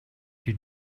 you